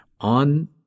on